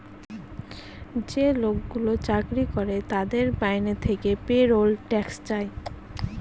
যে লোকগুলো চাকরি করে তাদের মাইনে থেকে পেরোল ট্যাক্স যায়